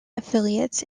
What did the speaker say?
affiliates